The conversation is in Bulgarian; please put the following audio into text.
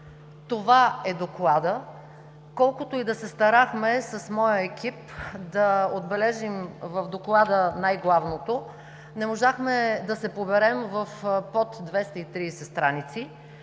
(Показва доклада.) Колкото и да се старахме с моя екип да отбележим в него най-важното, не можахме да се поберем в под 230 страници,